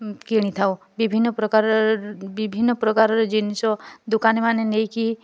ଉଁ କିଣିଥାଉ ବିଭିନ୍ନ ପ୍ରକାରର ବିଭିନ୍ନ ପ୍ରକାରର ଜିନିଷ ଦୋକାନୀ ମାନେ ନେଇକି